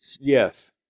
Yes